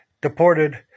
deported